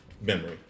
memory